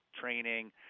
training